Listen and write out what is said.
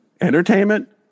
entertainment